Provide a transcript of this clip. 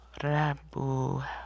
Rabu